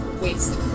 Waste